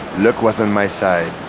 luck was on my side.